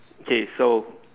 okay so